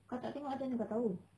kau tak tengok macam mana kau tahu